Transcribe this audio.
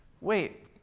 wait